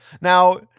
Now